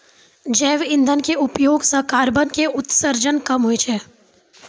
जैव इंधन के उपयोग सॅ कार्बन के उत्सर्जन कम होय छै